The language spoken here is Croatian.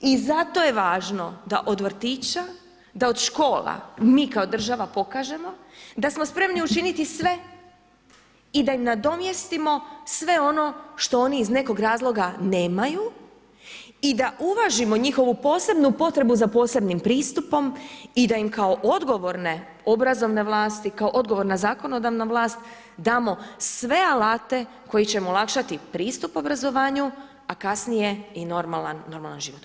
I zato je važno da od vrtića, da od škola mi kao država pokažemo da smo spremni učiniti sve i da im nadomjestimo sve ono što oni iz nekog razloga nemaju i da uvažimo njihovu posebnu potrebu za posebnim pristupom i da im kao odgovorne, obrazovne vlasti, kako odgovorna zakonodavna vlast, damo sve alate koji će im olakšati pristup obrazovanju a kasnije i normalan život.